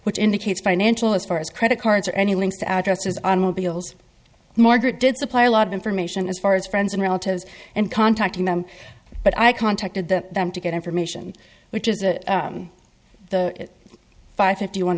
which indicates financial as far as credit cards or any links to addresses on would be margaret did supply a lot of information as far as friends and relatives and contacting them but i contacted the them to get information which is the five fifty one